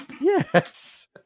Yes